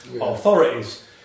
authorities